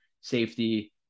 safety